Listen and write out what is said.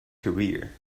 career